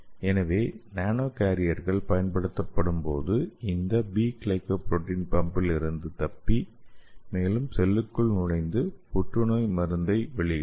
எனவே நானோ கேரியர்கள் பயன்படுத்தப்படும்போது அது இந்த பி கிளைகோபுரோட்டீன் பம்பிலிருந்து தப்பி மேலும் செல்லுக்குள் நுழைந்து புற்றுநோய் மருந்தை வெளியிடும்